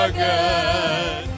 good